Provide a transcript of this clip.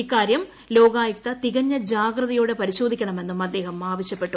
ഇക്കാര്യം ലോകായുക്ത തികഞ്ഞ ജീഹ്രതയോടെ പരിശോധി ക്കണമെന്നും അദ്ദേഹം ആവശ്യപ്പെട്ടു